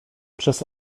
przez